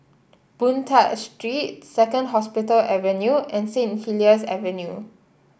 Boon Tat Street Second Hospital Avenue and Saint Helier's Avenue